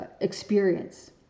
experience